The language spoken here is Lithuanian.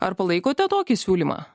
ar palaikote tokį siūlymą